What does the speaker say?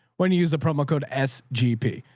when you use the promo code s gp.